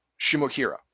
Shimokira